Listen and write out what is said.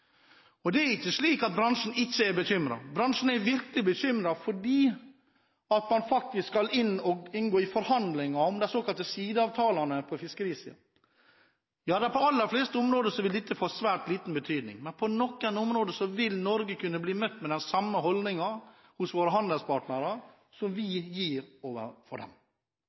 og det er ikke slik at bransjen ikke er bekymret. Bransjen er virkelig bekymret fordi man faktisk skal innlede forhandlinger om de såkalte sideavtalene på fiskerisiden. På de aller fleste områder vil dette få svært liten betydning, men på noen områder vil Norge kunne bli møtt med den samme holdningen hos våre handelspartnere som vi har overfor dem. Det er derfor dette signalet er så alvorlig og så negativt overfor dem